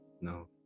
no